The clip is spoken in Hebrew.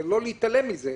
ולא להתעלם מזה.